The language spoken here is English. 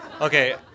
Okay